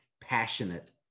Passionate